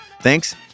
thanks